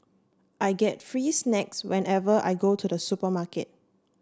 I get free snacks whenever I go to the supermarket